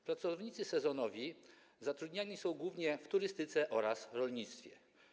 Pracownicy sezonowi zatrudniani są głównie w turystyce oraz rolnictwie.